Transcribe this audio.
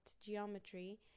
Geometry